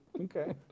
okay